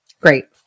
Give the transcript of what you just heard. great